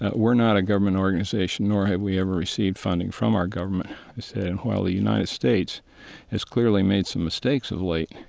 and we're not a government organization nor have we ever received funding from our government i said, and while the united states has clearly made some mistakes of late,